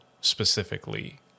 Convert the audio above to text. specifically